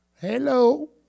Hello